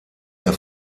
der